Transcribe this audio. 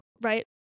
right